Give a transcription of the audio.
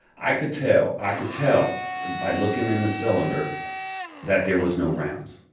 i could tell i could tell by looking in the cylinder that there was no rounds.